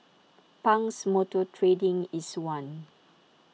Pang's motor trading is one